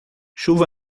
chuva